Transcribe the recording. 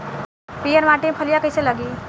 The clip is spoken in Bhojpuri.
पीयर माटी में फलियां कइसे लागी?